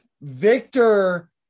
victor